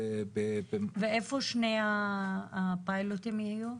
ואיפה שני הפיילוטים יהיו?